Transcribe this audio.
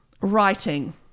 writing